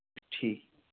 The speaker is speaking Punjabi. ਠੀਕ ਐ